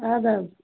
اَدٕ حظ